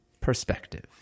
perspective